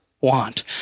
want